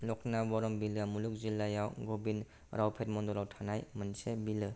लकनावरम बिलोआ मुलुग जिल्लायाव गोविंदरावपेट मंडलआव थानाय मोनसे बिलो